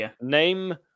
name